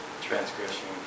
Transgression